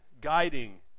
guiding